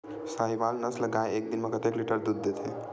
साहीवल नस्ल गाय एक दिन म कतेक लीटर दूध देथे?